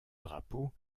drapeau